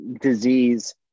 disease